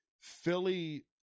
Philly